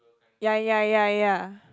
ya ya ya ya